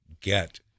get